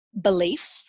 belief